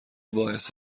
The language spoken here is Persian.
باعث